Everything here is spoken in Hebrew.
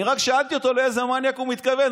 אני רק שאלתי אותו לאיזה מניאק הוא מתכוון,